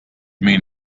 mean